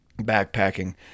backpacking